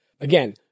Again